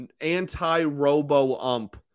anti-robo-ump